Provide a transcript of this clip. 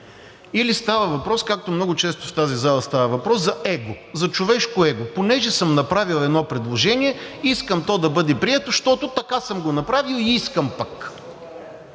или става въпрос, както много често в тази зала става въпрос, за его, за човешко его – понеже съм направил едно предложение, искам то да бъде прието, защото така съм го направил и искам пък.